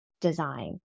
design